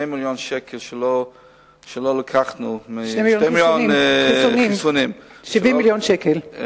2 מיליוני חיסונים שלא לקחנו 70 מיליון שקל לחיסונים.